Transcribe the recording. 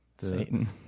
Satan